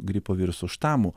gripo virusų štamų